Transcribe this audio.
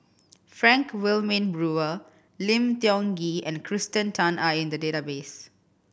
Frank Wilmin Brewer Lim Tiong Ghee and Kirsten Tan are in the database